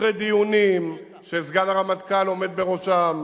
אחרי דיונים שסגן הרמטכ"ל עומד בראשם,